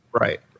Right